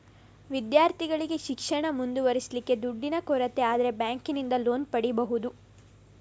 ವಿದ್ಯಾರ್ಥಿಗಳಿಗೆ ಶಿಕ್ಷಣ ಮುಂದುವರಿಸ್ಲಿಕ್ಕೆ ದುಡ್ಡಿನ ಕೊರತೆ ಆದ್ರೆ ಬ್ಯಾಂಕಿನಿಂದ ಲೋನ್ ಪಡೀಬಹುದು